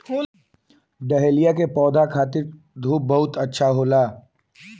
dahlia के पौधा खातिर धूप बहुत अच्छा होला